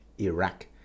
iraq